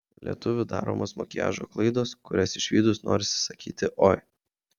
lietuvių daromos makiažo klaidos kurias išvydus norisi sakyti oi